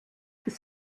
des